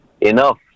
enough